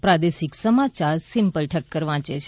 પ્રાદેશિક સમાચાર સીમ્પલ ઠક્કર વાંચે છે